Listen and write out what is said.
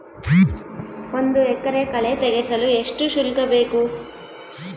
ಒಂದು ಎಕರೆ ಕಳೆ ತೆಗೆಸಲು ಎಷ್ಟು ಶುಲ್ಕ ಬೇಕು?